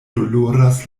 doloras